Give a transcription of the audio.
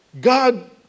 God